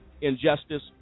injustice